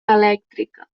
elèctrica